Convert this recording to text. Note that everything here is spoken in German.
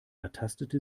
ertastete